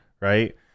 right